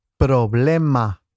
problema